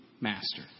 master